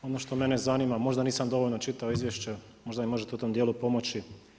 Ono što mene zanima, možda nisam dovoljno čitao izvješće, možda mi možete u tom dijelu pomoći.